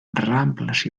rambles